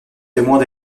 témoins